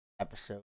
episode